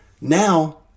Now